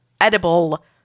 Edible